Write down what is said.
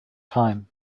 time